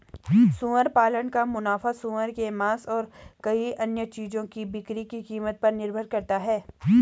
सुअर पालन का मुनाफा सूअर के मांस और कई अन्य चीजों की बिक्री की कीमत पर निर्भर करता है